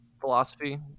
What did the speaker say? philosophy